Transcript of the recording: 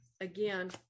again